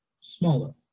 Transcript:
smaller